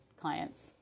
clients